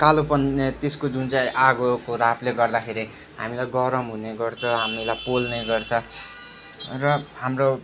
कालोपन त्यसको जुन चाहिँ आगोको रापले गर्दाखेरि हामीले गरम हुने गर्छ हामीलाई पोल्ने गर्छ र हाम्रो